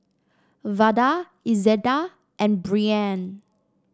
Vada Izetta and Brianne